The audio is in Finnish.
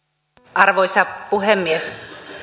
arvoisa puhemies